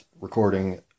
recording